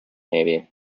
navy